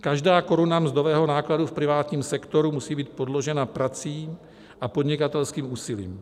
Každá koruna mzdového nákladu v privátním sektoru musí být podložena prací a podnikatelským úsilím.